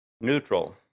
Neutral